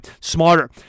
smarter